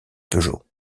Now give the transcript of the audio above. peugeot